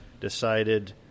decided